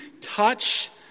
touch